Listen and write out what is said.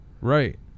Right